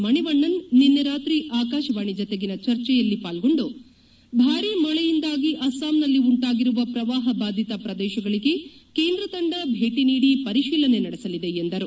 ಮಣಿವಣ್ಣನ್ ನಿನ್ನೆ ರಾತ್ರಿ ಆಕಾಶವಾಣಿ ಜತೆಗಿನ ಚರ್ಚೆಯಲ್ಲಿ ಪಾಲ್ಗೊಂಡು ಭಾರಿ ಮಳೆಯಿಂದಾಗಿ ಅಸ್ಲಾಂನಲ್ಲಿ ಉಂಟಾಗಿರುವ ಪ್ರವಾಪ ಬಾಧಿತ ಪ್ರದೇಶಗಳಿಗೆ ಕೇಂದ್ರ ತಂಡ ಭೇಟಿ ನೀಡಿ ಪರಿಶೀಲನೆ ನಡೆಸಲಿದೆ ಎಂದರು